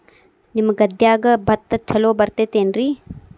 ನಿಮ್ಮ ಗದ್ಯಾಗ ಭತ್ತ ಛಲೋ ಬರ್ತೇತೇನ್ರಿ?